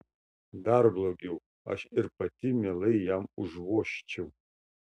dar blogiau aš ir pati mielai jam užvožčiau